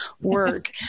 work